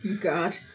God